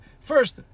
first